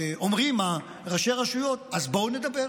אומרים ראשי הרשויות, בואו נדבר.